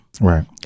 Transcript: Right